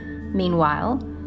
Meanwhile